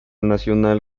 nacional